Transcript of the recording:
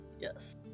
Yes